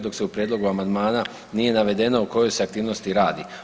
Dok se u prijedlogu amandmana nije navedeno o kojoj se aktivnosti radi.